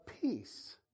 peace